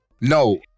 No